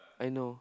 I know